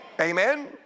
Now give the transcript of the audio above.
Amen